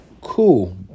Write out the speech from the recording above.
cool